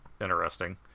interesting